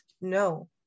No